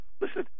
listen